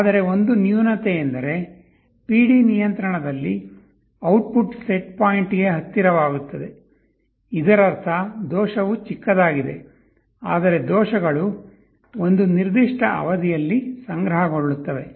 ಆದರೆ ಒಂದು ನ್ಯೂನತೆಯೆಂದರೆ PD ನಿಯಂತ್ರಣದಲ್ಲಿ ಔಟ್ಪುಟ್ ಸೆಟ್ ಪಾಯಿಂಟ್ಗೆ ಹತ್ತಿರವಾಗುತ್ತದೆ ಇದರರ್ಥ ದೋಷವು ಚಿಕ್ಕದಾಗಿದೆ ಆದರೆ ದೋಷಗಳು ಒಂದು ನಿರ್ದಿಷ್ಟ ಅವಧಿಯಲ್ಲಿ ಸಂಗ್ರಹಗೊಳ್ಳುತ್ತವೆ